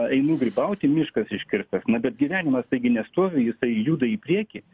einu grybauti miškas iškirstas na bet gyvenimas taigi nestovi jisai juda į priekį